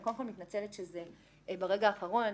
אני קודם כול מתנצלת שזה ברגע האחרון.